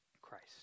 Christ